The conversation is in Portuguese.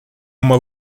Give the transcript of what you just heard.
uma